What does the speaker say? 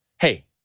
Hey